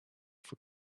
for